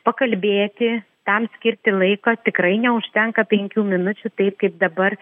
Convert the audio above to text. pakalbėti tam skirti laiko tikrai neužtenka penkių minučių taip kaip dabar